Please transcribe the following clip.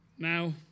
Now